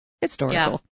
historical